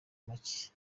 make